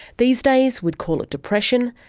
these days we'd call it depression,